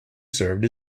served